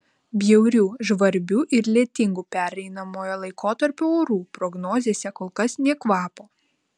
bjaurių žvarbių ir lietingų pereinamojo laikotarpio orų prognozėse kol kas nė kvapo